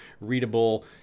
readable